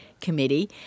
Committee